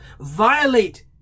violate